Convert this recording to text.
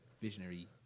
visionary